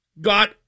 got